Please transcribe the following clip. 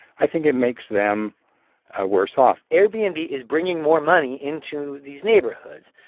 i think it makes them ah worse off airbnb is bringing more money into these neighborhoods,